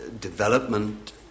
development